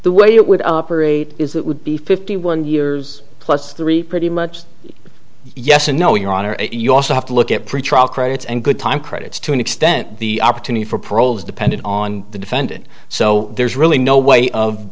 the way it would operate is that would be fifty one years plus three pretty much yes and no your honor you also have to look at pretrial credits and good time credits to an extent the opportunity for parole is dependent on the defendant so there's really no way of